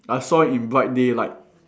I saw in bright daylight